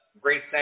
great